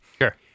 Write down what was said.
Sure